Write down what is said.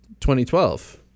2012